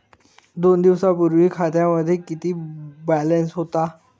दोन दिवसांपूर्वी खात्यामध्ये किती बॅलन्स होता?